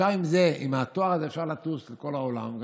עם התואר הזה אפשר לטוס בכל העולם.